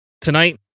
tonight